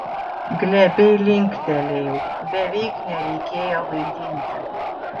glebiai linktelėjau beveik nereikėjo vaidinti